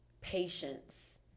patience